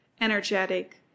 energetic